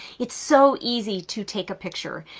it's so easy to take a picture.